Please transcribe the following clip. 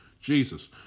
Jesus